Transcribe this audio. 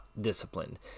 disciplined